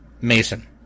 Mason